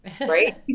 Right